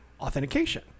authentication